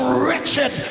wretched